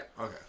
okay